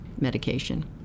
medication